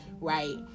right